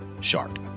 sharp